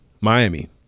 Miami